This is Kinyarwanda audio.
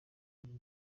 nkuru